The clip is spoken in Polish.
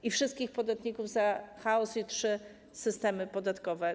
I wszystkich podatników - za chaos i trzy systemy podatkowe.